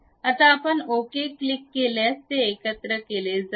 आता आपण okay click केल्यास ते एकत्र केले जाईल